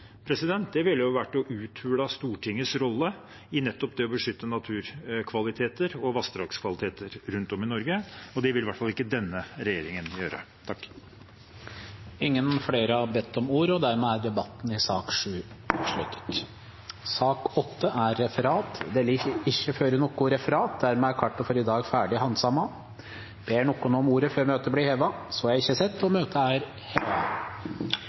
ville være å uthule Stortingets rolle i nettopp det å beskytte naturkvaliteter og vassdragskvaliteter rundt om i Norge, og det vil i hvert fall ikke denne regjeringen gjøre. Flere har ikke bedt om ordet til sak nr. 7. Det foreligger ikke noe referat. Dermed er dagens kart ferdigbehandlet. Ber noen om ordet før møtet heves? – Så er ikke sett, og møtet er